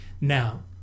Now